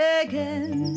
again